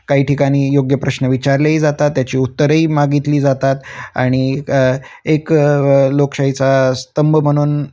काही ठिकाणी योग्य प्रश्न विचारलेही जातात त्याची उत्तरेही मागितली जातात आणि एक लोकशाहीचा स्तंभ म्हणून